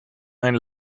ein